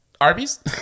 Arby's